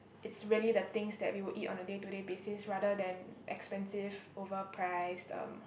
it's really the things that we would eat on a day to day basis rather than expensive over priced um